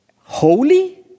holy